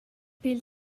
pil